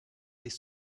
des